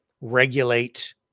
regulate